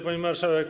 Pani Marszałek!